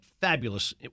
Fabulous